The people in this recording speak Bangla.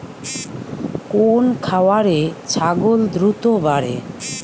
কোন খাওয়ারে ছাগল দ্রুত বাড়ে?